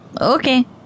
Okay